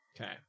Okay